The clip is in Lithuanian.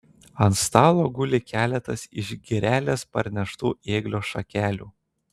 ant stalo guli keletas iš girelės parneštų ėglio šakelių